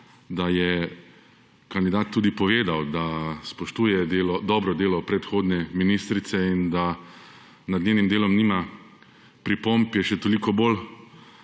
da je kandidat tudi povedal, da spoštuje dobro delo predhodne ministre in da nad njenim delom nima pripombe je še toliko bolj